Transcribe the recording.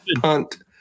punt